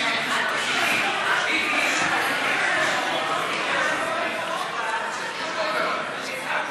להסיר מסדר-היום את הצעת חוק העונשין (תיקון,